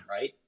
right